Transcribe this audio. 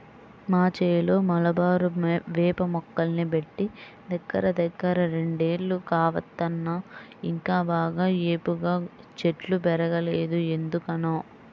మా చేలో మలబారు వేప మొక్కల్ని బెట్టి దగ్గరదగ్గర రెండేళ్లు కావత్తన్నా ఇంకా బాగా ఏపుగా చెట్లు బెరగలేదు ఎందుకనో